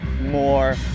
more